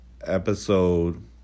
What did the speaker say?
episode